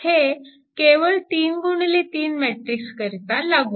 हे केवळ 3 गुणिले 3 मॅट्रिक्स करिता लागू